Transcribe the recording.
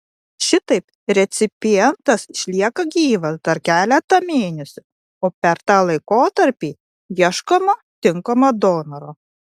šitaip recipientas išlieka gyvas dar keletą mėnesių o per tą laikotarpį ieškoma tinkamo donoro